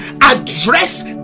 address